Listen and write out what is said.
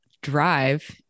drive